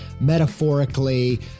metaphorically